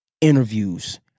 interviews